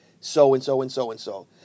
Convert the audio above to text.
so-and-so-and-so-and-so